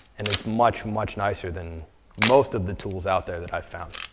and it's much, much nicer than most of the tools out there that i've found.